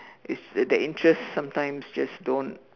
it's the interests sometimes just don't